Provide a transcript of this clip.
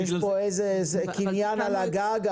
יש פה איזה קניין על הגג,